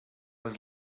was